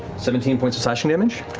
seventeen points of slashing damage.